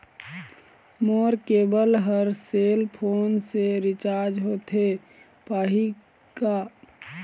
मोर cable हर cell phone से recharge होथे पाही का?